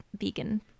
vegan